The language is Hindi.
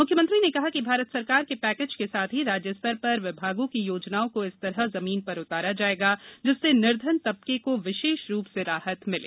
म्ख्यमंत्री ने कहा कि भारत सरकार के पक्केज के साथ ही राज्य स्तर पर विभागों की योजनाओं को इस तरह जमीन पर उतारा जाएगा जिससे निर्धन तबके को विशेष रूप से राहत मिले